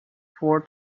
four